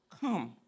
Come